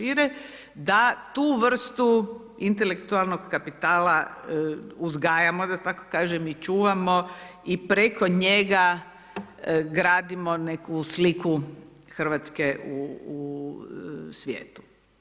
Da tu vrstu intelektualnog kapitala uzgajamo da tako kažem i čuvamo i preko njega gradimo neku sliku Hrvatske u svijetu.